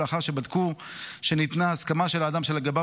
ולאחר שבדקו שניתנה הסכמה של האדם שלגביו